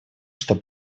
что